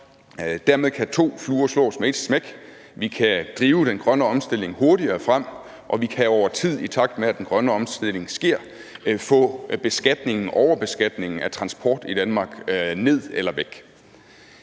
Dermed kan to fluer slås med ét smæk: Vi kan drive den grønne omstilling hurtigere frem, og vi kan over tid, i takt med at den grønne omstilling sker, få overbeskatningen af transport i Danmark ned eller væk.